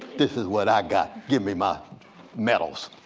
this is what i got. give me my medals.